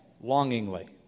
longingly